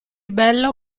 bello